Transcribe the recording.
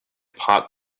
part